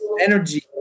energy